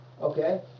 okay